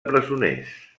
presoners